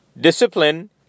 Discipline